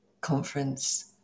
conference